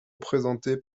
présentés